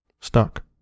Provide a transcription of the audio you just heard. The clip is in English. stuck